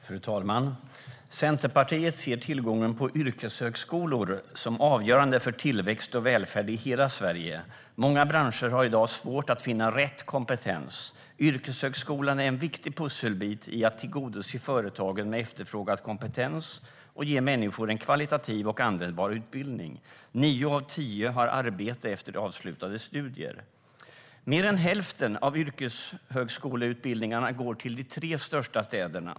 Fru talman! Centerpartiet ser tillgången på yrkeshögskolor som avgörande för tillväxt och välfärd i hela Sverige. Många branscher har i dag svårt att finna rätt kompetens, och yrkeshögskolan är en viktig pusselbit i att tillgodose företagen med efterfrågad kompetens och ge människor en högkvalitativ och användbar utbildning. Nio av tio har arbete efter avslutade studier. Mer än hälften av yrkeshögskoleutbildningarna går till de tre största städerna.